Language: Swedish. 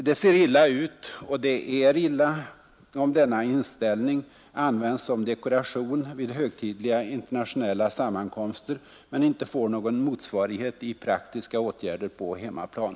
Det ser illa ut, och det är illa, om denna inställning används som dekoration vid högtidliga internationella sammankomster men inte får någon motsvarighet i praktiska åtgärder på hemmaplan.